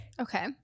Okay